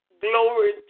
Glory